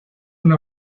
una